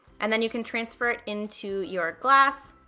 and then you can transfer it into your glass.